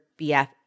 BF